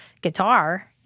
guitar